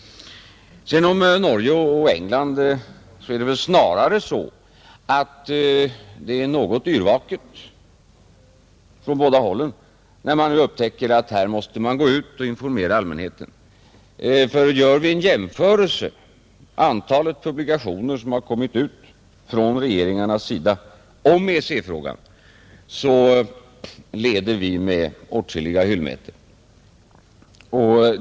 Beträffande Norge och England är det väl snarare så att det är något yrvaket från båda hållen när man nu upptäcker att här måste man gå ut och informera allmänheten, för gör vi en jämförelse mellan antalet publikationer som kommit ut från regeringarnas sida om EEC-frågan, så leder vi med åtskilliga hyllmeter.